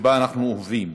שבה אנחנו אוהבים,